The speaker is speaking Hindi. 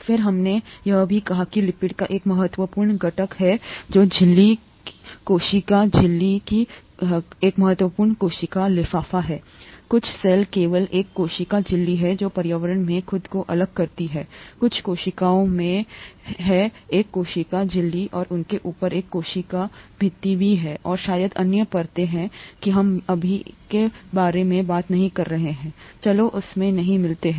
और फिर हमने यह भी कहा कि लिपिड का एक महत्वपूर्ण घटक है झिल्ली कोशिका झिल्ली की कोशिका झिल्ली एक महत्वपूर्ण कोशिका लिफाफा हैकुछ सेल केवल एक कोशिका झिल्ली है जो पर्यावरण से खुद को अलग करती है कुछ कोशिकाओं में है एक कोशिका झिल्ली और उसके ऊपर एक कोशिका भित्ति भी और शायद अन्य परतें हैं कि हम अभी के बारे में बात नहीं कर रहे हैं चलो उस में नहीं मिलता है